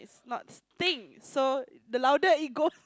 not stinks so the louder it go